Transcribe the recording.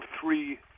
three